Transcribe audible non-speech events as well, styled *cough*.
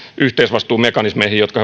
yhteisvastuumekanismeihin jotka *unintelligible*